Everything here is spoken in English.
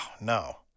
no